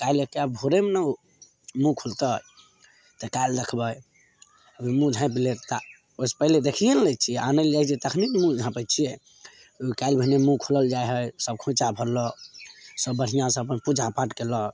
काहेले कि आब भोरेमे ओ ने मुँह खुलतै तऽ काल्हि देखबै मुँह झाँपि लै तऽ ओहिसे पहिले देखिए नहि लै छी आनैले जाइ छी तऽ तखनहि ने मुँह झाँपै छिए काल्हि मुँह खोलल जाइ हइ सभ खोँइछा भरलक सभ बढ़िआँसे अपन पूजा पाठ कएलक